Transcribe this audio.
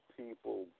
people